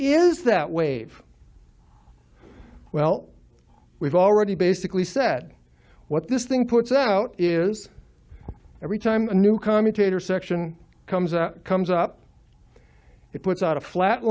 is that wave well we've already basically said what this thing puts out is every time a new commentator section comes out comes up it puts out a flat